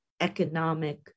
economic